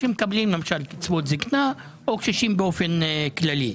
שמקבלים למשל קצבאות זקנה או קשישים באופן כללי.